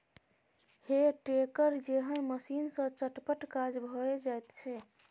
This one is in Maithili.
हे टेडर जेहन मशीन सँ चटपट काज भए जाइत छै